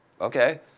okay